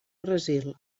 brasil